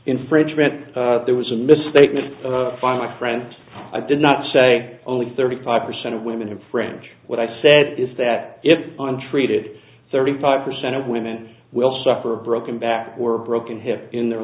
infringement there was a misstatement fine my friends i did not say only thirty five percent of women in french what i said is that if on treated thirty five percent of women will suffer a broken back or broken hip in their